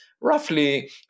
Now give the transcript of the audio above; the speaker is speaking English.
roughly